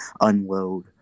unload